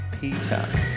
Peter